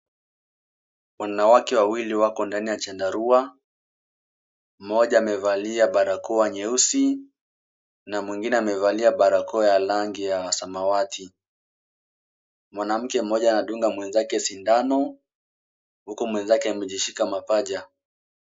Wanawake wawili wako ndani ya chandarua, mmoja amevalia barakoa nyeusi na mwingine amevalia barakoa ya rangi ya samawati. Mwanamke mmoja anadunga mwenzake sindano huku mwenzake amejishika mapaja.